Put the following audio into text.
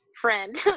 friend